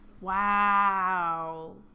Wow